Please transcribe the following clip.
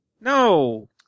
No